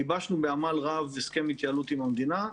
גיבשנו בעמל רב הסכם התייעלות עם המדינה.